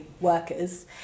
workers